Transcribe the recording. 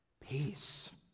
peace